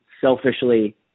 selfishly